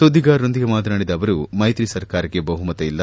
ಸುದ್ವಿಗಾರರೊಂದಿಗೆ ಮಾತನಾಡಿದ ಅವರು ಮ್ನೆತ್ರಿ ಸರ್ಕಾರಕ್ಷೆ ಬಹುಮತ ಇಲ್ಲ